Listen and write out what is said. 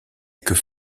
queue